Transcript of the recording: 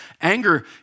Anger